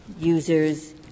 users